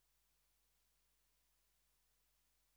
ולכן, לסיכום